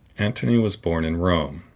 antony was born in rome,